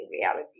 reality